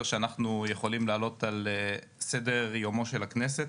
שאנחנו יכולים לעלות על סדר-יומה של הכנסת,